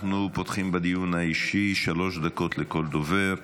אנחנו פותחים בדיון האישי, שלוש דקות לכל דובר.